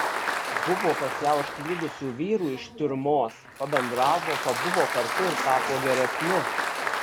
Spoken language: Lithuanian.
buvo pas ją užklydusių vyrų iš tiurmos pabendravo pabuvo kartu ir tapo geresni